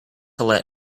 let